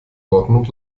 dortmund